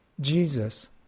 Jesus